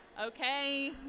Okay